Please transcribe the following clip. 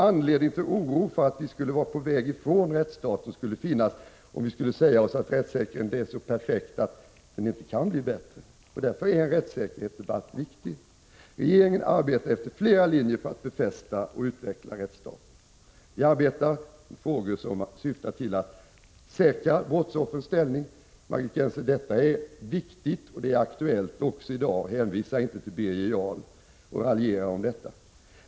Anledning till oro för att vi skulle vara på väg från rättsstaten skulle finnas, om vi skulle säga oss att rättssäkerheten är så perfekt att den inte kan bli bättre. Därför är en rättssäkerhetsdebatt viktig. Vi i regeringen arbetar efter flera linjer för att befästa och utveckla rättsstaten. Vi arbetar med frågor som syftar till att säkra brottsoffrens ställning. Detta är viktigt, Margit Gennser, och det är aktuellt också i dag. Hänvisa inte till Birger Jarl och raljera inte om detta!